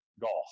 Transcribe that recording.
golf